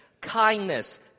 kindness